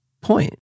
point